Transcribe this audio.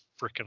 freaking